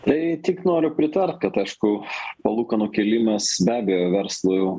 tai tik noriu pritart kad aišku palūkanų kėlimas be abejo verslui